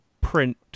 print